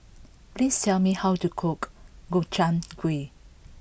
please tell me how to cook Gobchang Gui